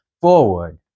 forward